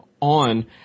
on